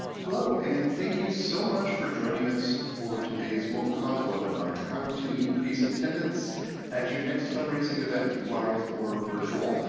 hello, and thank you so much for joining us for today's mobilecause webinar, how to increase attendance at your next fundraising event live or virtual.